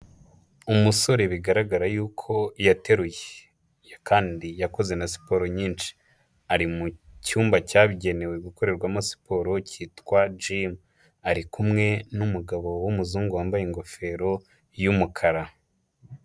Umusore bigaragara y'uko yateruye kandi yakoze na siporo nyinshi. Ari mu cyumba cyagenewe gukorerwamo siporo cyitwa jimu. Ari kumwe n'umugabo w'umuzungu wambaye ingofero y'umukara.